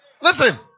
Listen